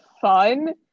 fun